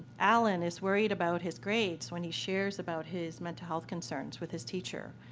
allen is worried about his grades when he shares about his mental health concerns with his teacher.